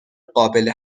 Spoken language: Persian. قابل